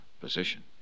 position